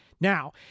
Now